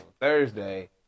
Thursday